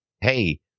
hey